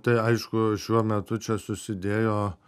tai aišku šiuo metu čia susidėjo